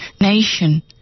nation